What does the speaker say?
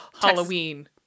Halloween